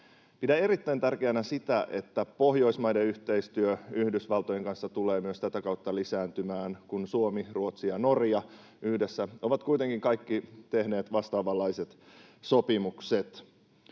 Pidän erittäin tärkeänä sitä, että Pohjoismaiden yhteistyö Yhdysvaltojen kanssa tulee myös tätä kautta lisääntymään, kun Suomi, Ruotsi ja Norja yhdessä ovat kuitenkin kaikki tehneet vastaavanlaiset sopimukset.